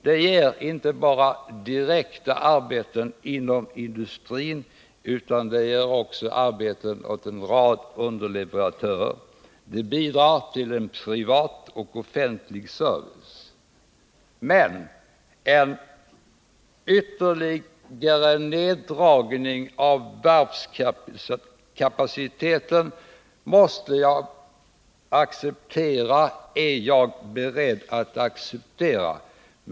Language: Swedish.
Det ger inte bara arbeten direkt inom industrin, utan det ger också arbeten åt en rad underleverantörer. Det bidrar således till att upprätthålla privat och offentlig service. En ytterligare neddragning av varvskapaciteten är jag beredd att och måste jag acceptera.